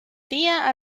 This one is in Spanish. día